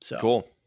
Cool